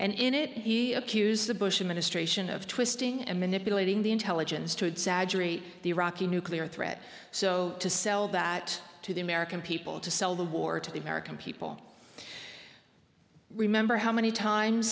and in it he accused the bush administration of twisting and manipulating the intelligence to exaggerate the iraqi nuclear threat so to sell that to the american people to sell the war to the american people remember how many